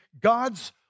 God's